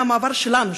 מהמעבר שלנו,